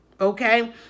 Okay